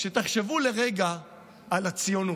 שתחשבו לרגע על הציונות,